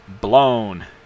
Blown